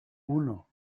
uno